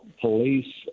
police